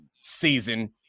season